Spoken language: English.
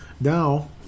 Now